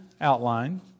outline